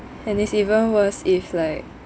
and it's even worse if like